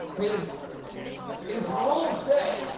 his his rules say